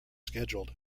scheduled